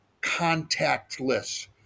contactless